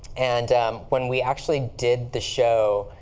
and when we actually did the show,